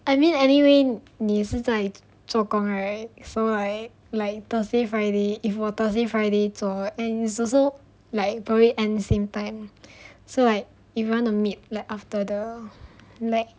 I mean anyway 你也是在做工 right so like like thursday friday if 我 thursday friday 做 and it's also like probably end same time so like if you wanna meet like after the night